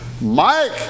Mike